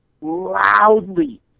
loudly